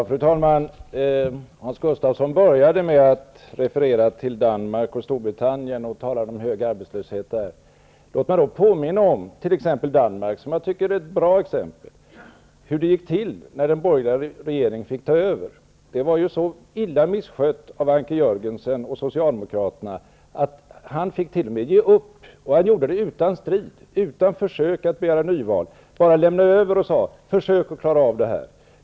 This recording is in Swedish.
Fru talman! Hans Gustafsson började med att referera till Danmark och Storbritannien och talade om hög arbetslöshet där. Danmark är, tycker jag, ett bra exempel. Låt mig påminna om hur det gick till när den borgerliga regeringen fick ta över. Ekonomin var så misskött av Socialdemokraterna att Anker Jörgensen t.o.m. fick ge upp, och han gjorde det utan strid, utan att begära nyval. Han lämnade över och sade: Försök att klara av det här!